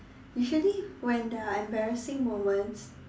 usually when there are embarrassing moments